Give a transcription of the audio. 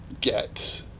get